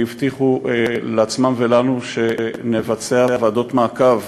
והבטיחו לעצמם ולנו שנבצע ועדות מעקב